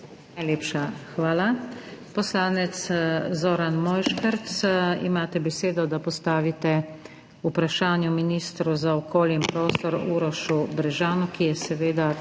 Najlepša hvala. Poslanec Zoran Mojškerc, imate besedo, da postavite vprašanje ministru za okolje in prostor Urošu Brežanu, ki je seveda